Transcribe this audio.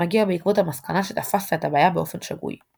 מגיע בעקבות המסקנה שתפסת את הבעיה באופן שגוי.